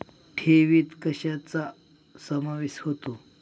ठेवीत कशाचा समावेश होतो?